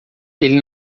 ele